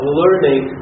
learning